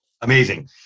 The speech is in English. Amazing